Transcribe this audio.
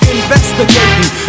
Investigating